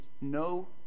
no